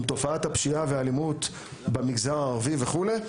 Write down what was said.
תופעת הפשיעה והאלימות במגזר הערבי וכולי,